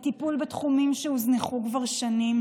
בטיפול בתחומים שהוזנחו כבר שנים.